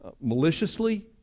maliciously